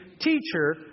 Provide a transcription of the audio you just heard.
teacher